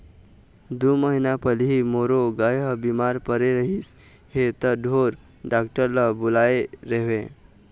दू महीना पहिली मोरो गाय ह बिमार परे रहिस हे त ढोर डॉक्टर ल बुलाए रेहेंव